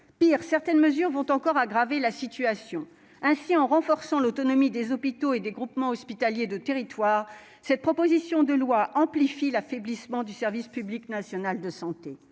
Pis, certaines mesures vont encore aggraver la situation. Ainsi, en renforçant l'autonomie des hôpitaux et des groupements hospitaliers de territoire, ce texte affaiblit encore davantage le service public national de santé.